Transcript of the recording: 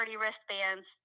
wristbands